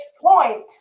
point